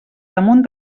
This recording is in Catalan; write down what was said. damunt